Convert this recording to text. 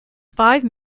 five